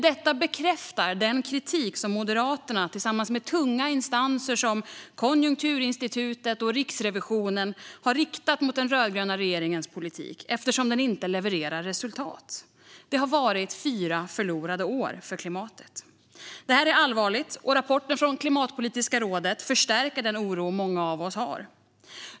Detta bekräftar den kritik som Moderaterna tillsammans med tunga instanser som Konjunkturinstitutet och Riksrevisionen har riktat mot den rödgröna regeringens politik eftersom den inte levererar resultat. Det har varit fyra förlorade år för klimatet. Detta är allvarligt, och rapporten från Klimatpolitiska rådet förstärker den oro många av oss känner.